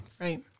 Right